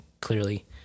clearly